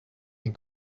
این